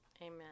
Amen